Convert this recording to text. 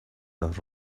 las